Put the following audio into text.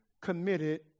committed